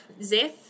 Zeth